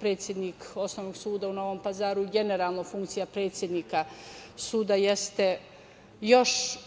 Predsednik Osnovnog suda u Novom Pazaru, generalno funkcija predsednika suda jeste još